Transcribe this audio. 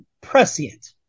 prescient